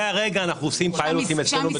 הרגע אנחנו עושים ניסיונות על מכונות חדשות.